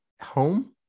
home